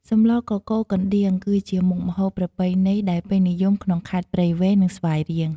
សម្លកកូរកណ្ដៀងគឺជាមុខម្ហូបប្រពៃណីដែលពេញនិយមក្នុងខេត្តព្រៃវែង និងស្វាយរៀង។